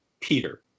Peter